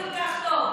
כמו שעשיתם,